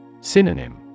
Synonym